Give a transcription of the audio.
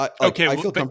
Okay